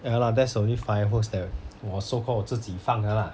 ya lah that's the only fireworks that 我 so called 自己放的啦